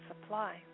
supply